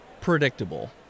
predictable